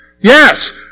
Yes